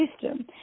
system